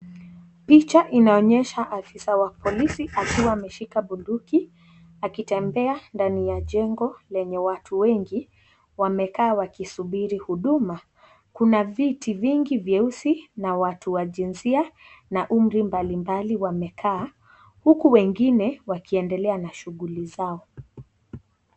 picha inaonyesha afisa wa polisi akiwa ameshika bunduki akitembea ndani ya jengo lenye watu wengi wamekaa wakisubiri huduma. kuna viti vingi vyeusi na watu wa jinsia na umri mbalimbali wamekaa huku wengine wakiendelea na shughuli zao.